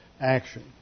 action